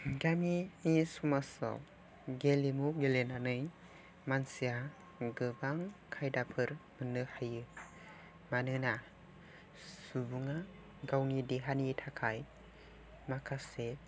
गामिनि समाजाव गेलेमु गेलेनानै मानसिया गोबां खायदाफोर मोननो हायो मानोना सुबुङा गावनि देहानि थाखाय माखासे